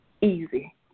easy